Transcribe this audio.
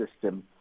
system